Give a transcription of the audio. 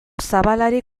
zabalari